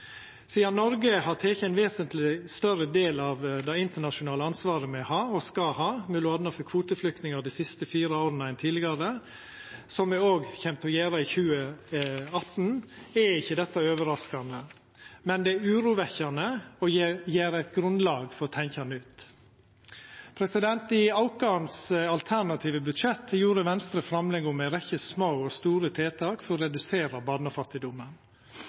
Sidan Noreg dei siste fire åra har teke ein vesentleg større del av det internasjonale ansvaret me har, og skal ha – m.a. for kvoteflyktningar – enn tidlegare, som me òg kjem til å gjera i 2018, er ikkje dette overraskande. Men det er urovekkjande og gjev eit grunnlag for å tenkja nytt. I vårt alternative budsjett gjorde Venstre framlegg om ei rekkje små og store tiltak for å redusera barnefattigdomen.